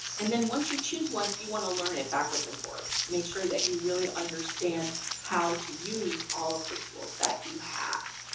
and then once you choose one, you want to learn it backwards and forwards. make sure that you really understand how to use all of the tools that you have.